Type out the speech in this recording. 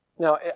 Now